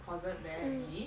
closet there already